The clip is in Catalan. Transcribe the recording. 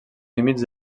límits